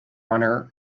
honor